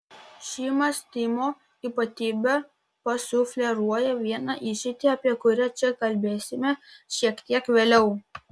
ši mąstymo ypatybė pasufleruoja vieną išeitį apie kurią čia kalbėsime šiek tiek vėliau